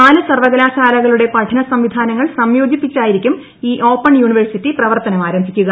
നാല് സർവ്വകലാശാലകളുടെ പഠനസംവിധാനങ്ങൾ സംയോജിപ്പിച്ചായിരിക്കും ഈ ഓപ്പൺ യൂണിവേഴ്സിറ്റി പ്രവർത്തനം ആരംഭിക്കുക